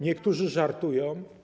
Niektórzy żartują.